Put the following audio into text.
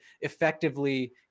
effectively